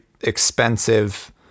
expensive